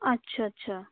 ਅੱਛਾ ਅੱਛਾ